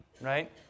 right